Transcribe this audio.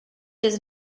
does